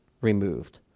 removed